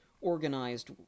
organized